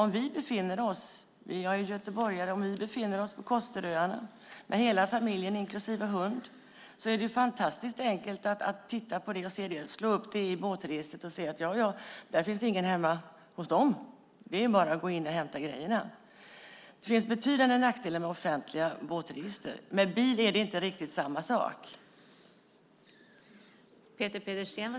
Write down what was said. Jag är göteborgare, och om hela familjen, inklusive hund, befinner sig på Kosteröarna är det enkelt att slå upp oss i båtregistret och se att där finns ingen hemma; det är bara att gå in och hämta grejerna. Det finns betydande nackdelar med offentliga båtregister. Det är inte riktigt samma sak vad gäller bilregister.